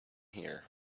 here